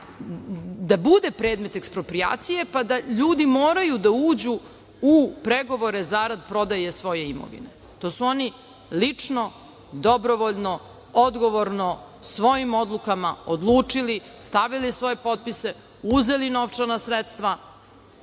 da bude predmet eksproprijacije, pa da ljudi moraju da uđu u pregovore zarad prodaje svoje imovine. To su oni lično, dobrovoljno, odgovorno, svojim odlukama odlučili, stavili svoje potpise, uzeli novčana sredstva.